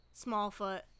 Smallfoot